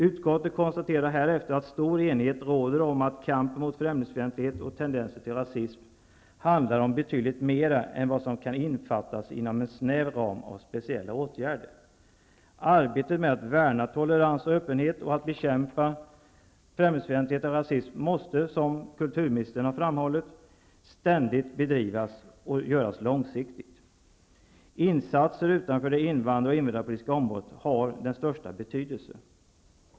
Utskottet konstaterar härefter att stor enighet råder om att kampen mot främlingsfientlighet och tendenser till rasism handlar om betydligt mera än vad som kan innefattas inom en snäv ram av speciella åtgärder. Arbetet med att värna tolerans och öppenhet och att bekämpa främlingsfientlighet och rasism måste, som kulturministern framhållit, bedrivas ständigt och långsiktigt. Insatser utanför det invandrar och invandringspolitiska området har den största betydelse.